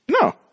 No